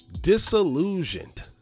disillusioned